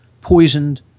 poisoned